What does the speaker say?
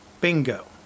Bingo